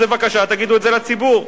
אז בבקשה, תגידו את זה לציבור.